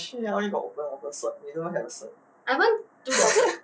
shit I only got open water cert you don't have a cert